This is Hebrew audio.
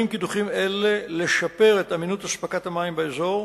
קידוחים אלה צפויים לשפר את אמינות אספקת המים באזור,